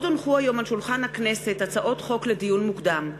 לדיון מוקדם: